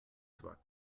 zwar